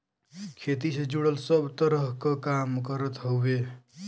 खेती से जुड़ल सब तरह क काम करत हउवे